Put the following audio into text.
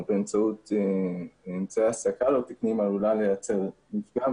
באמצעות אמצעי הסקה לא תקניים עלולה לייצר מפגע,